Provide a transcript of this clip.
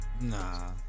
Nah